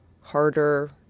harder